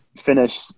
finish